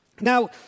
Now